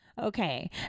Okay